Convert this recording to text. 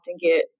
get